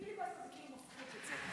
פיליבסטר זה כאילו מפחית את זה.